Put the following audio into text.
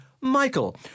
Michael